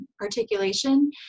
articulation